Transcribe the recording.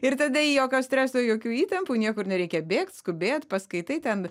ir tada jokio streso jokių įtampų niekur nereikia bėgt skubėt paskaitai ten